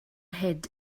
hid